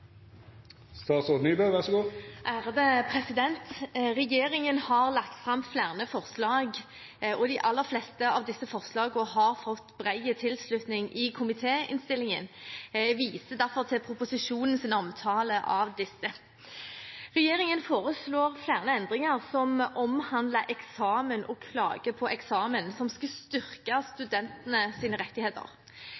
Regjeringen har lagt fram flere forslag, og de aller fleste av disse forslagene har fått bred tilslutning i komitéinnstillingen. Jeg viser derfor til proposisjonens omtale av disse. Regjeringen foreslår flere endringer som omhandler eksamen og klage på eksamen, som skal styrke